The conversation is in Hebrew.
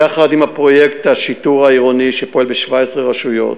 יחד עם פרויקט השיטור העירוני שפועל ב-17 רשויות,